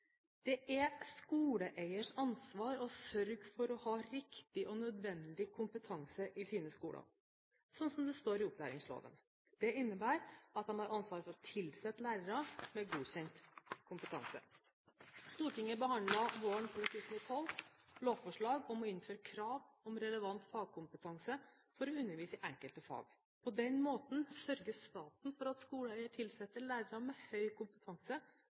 Det er skoleeiers ansvar å sørge for å ha riktig og nødvendig kompetanse i sine skoler, slik det står i opplæringsloven. Det innebærer at de har ansvar for å tilsette lærere med godkjent kompetanse. Stortinget behandlet våren 2012 lovforslag om å innføre krav om relevant fagkompetanse for å undervise i enkelte fag. På den måten sørger staten for at skoleeiere tilsetter lærere med høy kompetanse